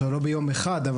לא ביום אחד.